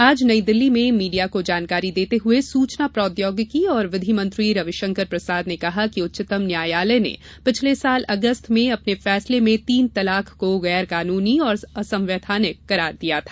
आज नई दिल्ली में मीडिया को जानकारी देते हुए सूचना प्रौद्योगिकी और विधि मंत्री रविशंकर प्रसाद ने कहा कि उच्चतम न्यायालय ने पिछले साल अगस्त में अपने फैसले में तीन तलाक को गैर कानूनी और असंवैधानिक करार दिया था